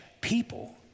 people